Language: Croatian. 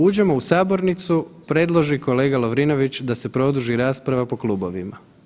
Uđemo u sabornicu, predloži kolega Lovrinović da se produži rasprava po klubovima.